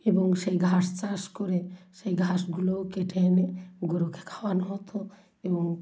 এবং সেই ঘাস চাষ করে সেই ঘাসগুলোও কেটে এনে গরুকে খাওয়ানো হতো এবং